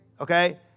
Okay